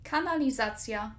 Kanalizacja